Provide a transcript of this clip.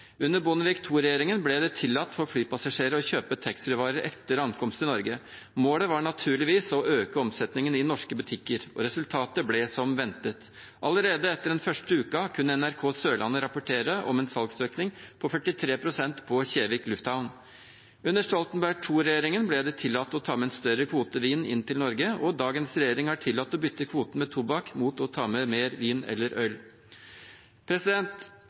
Under Bondevik II-regjeringen ble det tillatt for flypassasjerer å kjøpe taxfree-varer etter ankomst i Norge. Målet var naturligvis å øke omsetningen i norske butikker. Og resultatet ble som ventet. Allerede etter den første uken kunne NRK Sørlandet rapportere om en salgsøkning på 43 pst. på Kristiansand lufthavn, Kjevik. Under Stoltenberg II-regjeringen ble det tillatt å ta med en større kvote vin inn til Norge, og dagens regjering har tillatt å bytte kvoten med tobakk med mer vin eller øl.